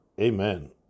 amen